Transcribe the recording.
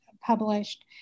published